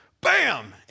Bam